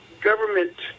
government